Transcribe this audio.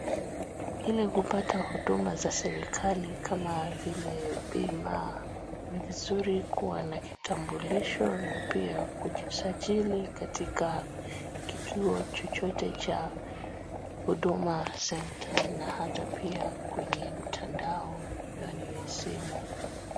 Hili kupata huduma za serikali kama vile bima, ni vizuri kuwa na kitambulisho na pia kujisajili katika kituo chochote cha huduma za na hata pia kwenye mtandao ya simu.